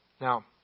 Now